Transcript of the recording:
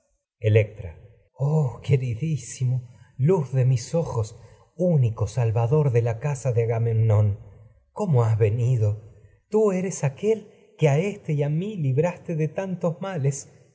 casa queridísimo luz de de mis ojos único salvador de la agamemnón cómo has venido tú eres aquel que a éste y a mí libraste de tantos ma